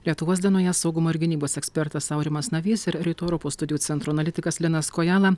lietuvos dienoje saugumo ir gynybos ekspertas aurimas navys ir rytų europos studijų centro analitikas linas kojala